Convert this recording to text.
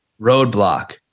roadblock